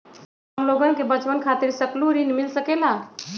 हमलोगन के बचवन खातीर सकलू ऋण मिल सकेला?